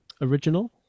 original